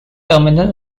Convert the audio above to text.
terminal